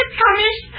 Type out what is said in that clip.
promise